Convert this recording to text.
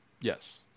Yes